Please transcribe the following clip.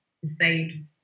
decide